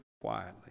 quietly